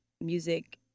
music